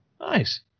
nice